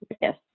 Yes